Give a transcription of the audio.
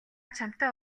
чамтай